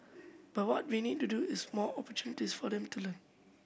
but what we need to do is more opportunities for them to learn